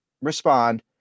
respond